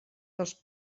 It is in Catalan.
dels